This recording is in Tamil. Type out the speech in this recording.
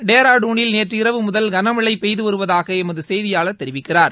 டேராடுனில் நேற்றிரவு முதல் கனமழை பெய்துவருவதாக எமது செய்தியாளர் தெரிவிக்கிறார்